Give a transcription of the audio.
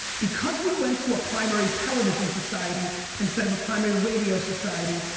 because we went to a primary television society instead of a primary radio society,